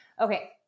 Okay